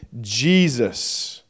Jesus